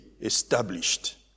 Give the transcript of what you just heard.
established